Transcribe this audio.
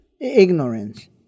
ignorance